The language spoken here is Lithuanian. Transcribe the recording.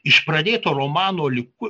iš pradėto romano liko